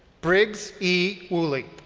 briggs e. yuly.